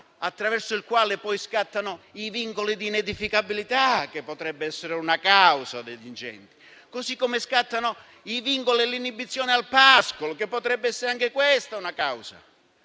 attraverso il quale poi scattano i vincoli di inedificabilità, che potrebbe essere una causa degli incendi; così come scattano i vincoli dell'inibizione al pascolo, che potrebbe essere anch'essa una causa.